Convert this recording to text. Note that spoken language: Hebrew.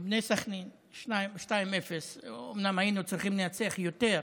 בני סח'נין, 2 0. אומנם היינו צריכים לנצח יותר,